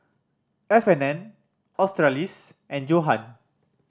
F and N Australis and Johan